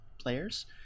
players